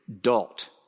dot